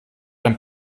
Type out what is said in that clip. ein